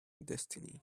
destiny